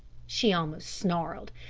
she almost snarled.